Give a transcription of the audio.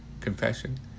confession